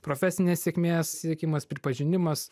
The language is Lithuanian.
profesinės sėkmės siekimas pripažinimas